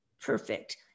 perfect